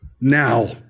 now